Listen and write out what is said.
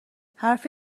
حرف